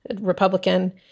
Republican